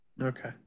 Okay